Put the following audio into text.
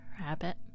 Rabbit